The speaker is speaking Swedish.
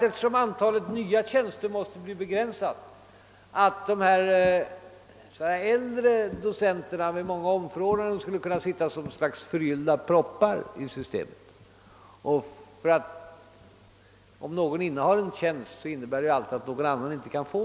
Eftersom antalet nya tjänster måste bli begränsat är risken att de äldre docenterna med många omförordnanden skulle kunna sitta som förgyllda proppar i systemet. Om någon innehar en tjänst, kan ju inte någon annan få den.